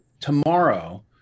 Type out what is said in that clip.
Tomorrow